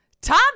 tom